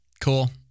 Cool